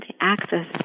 access